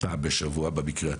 פעם בשבוע במקרה הטוב.